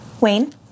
Wayne